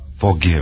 forgive